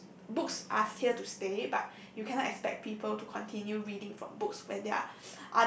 books books are here to stay but you cannot people to continue reading from books when there are